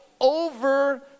over